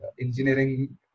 engineering